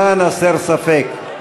למען הסר ספק,